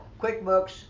QuickBooks